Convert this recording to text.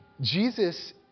Jesus